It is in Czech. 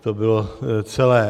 To bylo celé.